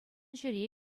ҫӗре